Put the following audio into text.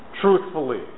truthfully